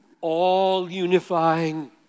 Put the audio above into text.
all-unifying